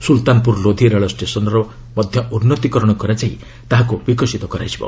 ସୁଲତାନପୁର ଲୋଧି ରେଳଷ୍ଟେସନ୍ର ମଧ୍ୟ ଉନ୍ନତି କରଣ କରାଯାଇ ତାହାକୁ ବିକଶିତ କରାଯିବ